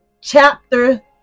chapter